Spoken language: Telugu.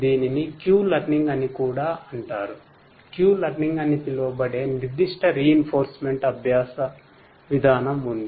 దీనిని Q లెర్నింగ్ అభ్యాస విధానం ఉంది